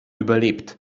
überlebt